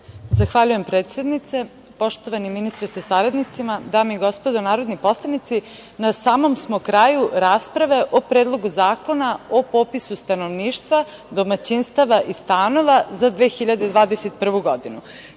Zahvaljujem predsednice. Poštovani ministre sa saradnicima, dame i gospodo narodni poslanici, na samom smo kraju rasprave o Predlogu zakona o popisu stanovništva, domaćinstava i stanova za 2021. godinu. Pre